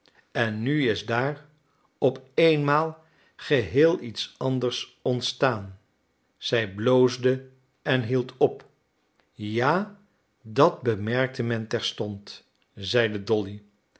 en nu is daar op eenmaal geheel iets anders ontstaan zij bloosde en hield op ja dat bemerkte men terstond zeide dolly